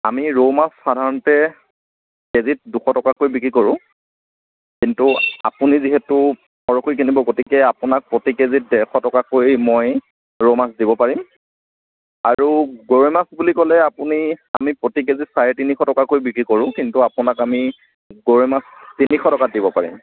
আমি ৰৌ মাছ সাধাৰণতে কেজিত দুশ টকাকৈ বিক্ৰী কৰোঁ কিন্তু আপুনি যিহেতু সৰহকৈ কিনিব গতিকে আপোনাক প্ৰতি কেজিত ডেৰশ টকাকৈ মই ৰৌ মাছ দিব পাৰিম আৰু গৰৈ মাছ বুলি ক'লে আপুনি আমি প্ৰতি কেজিত চাৰে তিনিশ টকাকৈ বিক্ৰী কৰোঁ কিন্তু আপোনাক আমি গৰৈ মাছ তিনিশ টকাত দিব পাৰিম